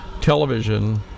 television